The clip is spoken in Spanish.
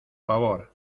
favor